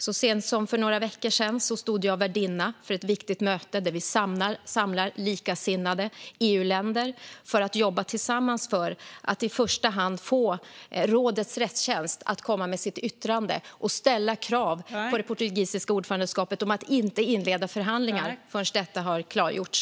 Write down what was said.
Så sent som för några veckor sedan stod jag värdinna för ett viktigt möte där vi samlade likasinnade EU-länder för att jobba tillsammans för att i första hand få rådets rättstjänst att komma med sitt yttrande och ställa krav på det portugisiska ordförandeskapet om att inte inleda förhandlingar förrän detta har klargjorts.